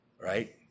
right